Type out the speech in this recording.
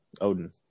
Odin